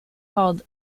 called